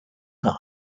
time